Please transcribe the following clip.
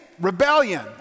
rebellion